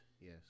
Yes